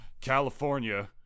California